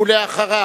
ואחריו,